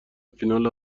فینال